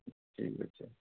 ଠିକ୍ ଅଛି